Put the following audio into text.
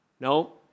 No